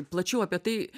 plačiau apie tai